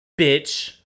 bitch